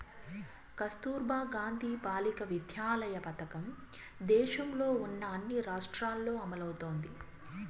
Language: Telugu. కస్తుర్బా గాంధీ బాలికా విద్యాలయ పథకం దేశంలో ఉన్న అన్ని రాష్ట్రాల్లో అమలవుతోంది